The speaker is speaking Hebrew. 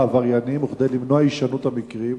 העבריינים וכדי למנוע את הישנות המקרים?